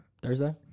Thursday